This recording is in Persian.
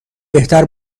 بهتر